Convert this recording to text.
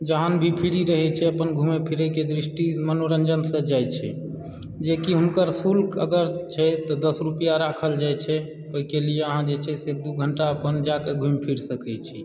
जहन भी फ्री रहैत छै अपन घुमय फिरयके दृष्टि मनोरञ्जनसँ जाइ छै जेकि हुनकर शुल्क अगर छै तऽ दश रुपैआ राखल जाइत छै ओहिके लिअ अहाँ जे छै से दू घण्टा अपन जाके घुमि फिर सकैत छी